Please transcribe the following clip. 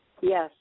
Yes